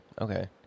Okay